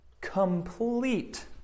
Complete